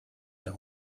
der